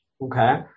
okay